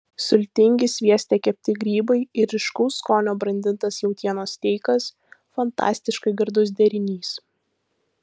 sultingi svieste kepti grybai ir ryškaus skonio brandintas jautienos steikas fantastiškai gardus derinys